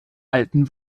alten